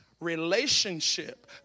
relationship